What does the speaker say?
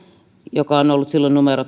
joka on ollut silloin numero